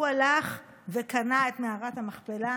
הוא הלך וקנה את מערת המכפלה